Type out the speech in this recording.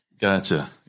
Gotcha